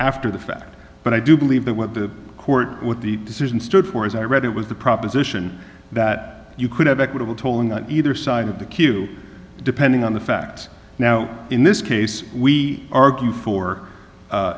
after the fact but i do believe that what the court what the decision stood for as i read it was the proposition that you could have equitable tolling on either side of the queue depending on the facts now in this case we argue for